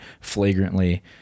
flagrantly